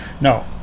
No